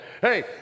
Hey